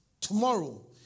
tomorrow